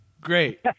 Great